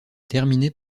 terminées